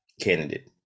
candidate